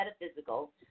metaphysical